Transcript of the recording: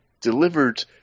delivered